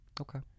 Okay